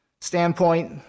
standpoint